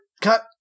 cut